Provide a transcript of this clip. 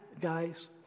guys